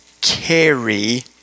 carry